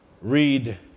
read